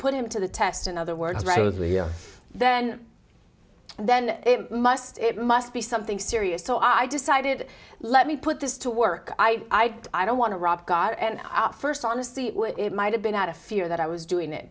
put him to the test in other words growth here then then it must it must be something serious so i decided let me put this to work i i don't want to rob god and our first honestly it might have been out of fear that i was doing it